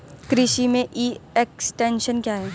कृषि में e extension क्या है?